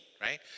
right